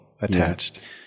attached